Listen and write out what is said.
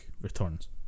returns